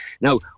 Now